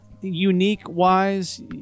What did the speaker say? unique-wise